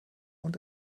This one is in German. und